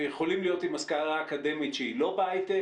הם יכולים להיות עם השכלה אקדמית שהיא לא בהיי-טק.